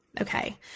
Okay